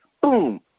boom